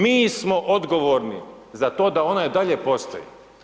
Mi smo odgovorni za to da ona i dalje postoji.